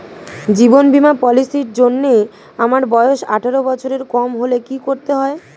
জীবন বীমা পলিসি র জন্যে আমার বয়স আঠারো বছরের কম হলে কি করতে হয়?